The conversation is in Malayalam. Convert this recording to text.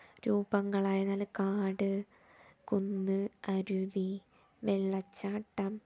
രൂപങ്ങളായിരുന്നാൽ കാട് കുന്ന് അരുവി വെള്ളച്ചാട്ടം